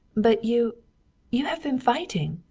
but you you have been fighting!